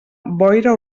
boira